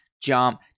jump